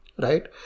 right